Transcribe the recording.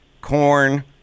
Corn